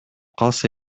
калса